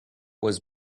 was